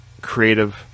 creative